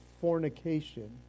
fornication